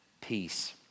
peace